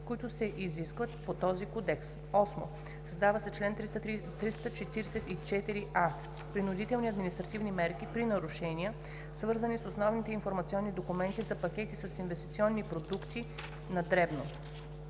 които се изискват по този кодекс.“ 8. Създава се чл. 344а: „Принудителни административни мерки при нарушения, свързани с основните информационни документи за пакети с инвестиционни продукти на дребно